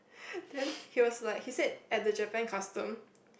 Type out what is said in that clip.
then he was like he say at the Japan custom